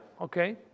okay